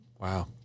Wow